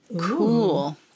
cool